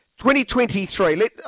2023